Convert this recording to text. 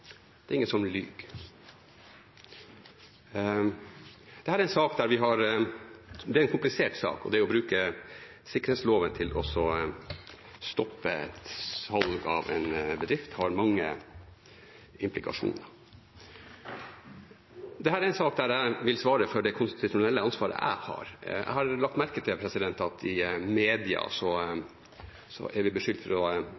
det er ingen som lyver. Dette er en komplisert sak, og det å bruke sikkerhetsloven til å stoppe et salg av en bedrift har mange implikasjoner. Dette er en sak der jeg vil svare for det konstitusjonelle ansvaret jeg har. Jeg har lagt merke til at i mediene er vi beskyldt for å